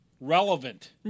relevant